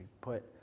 put